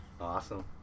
awesome